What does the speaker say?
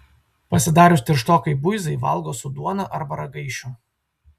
pasidarius tirštokai buizai valgo su duona arba ragaišiu